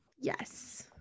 Yes